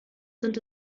sind